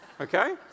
okay